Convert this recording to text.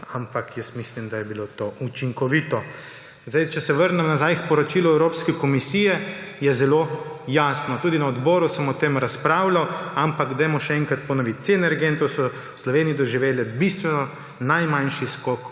ampak jaz mislim, da je bilo to učinkovito. Če se vrnem nazaj k poročilu Evropske komisije, je zelo jasno. Tudi na odboru sem o tem razpravljal, ampak dajmo še enkrat ponoviti. Cene energentov so v Sloveniji doživele bistveno najmanjši skok